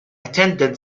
attended